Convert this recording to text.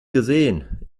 gesehen